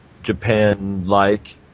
japan-like